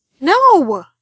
No